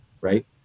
right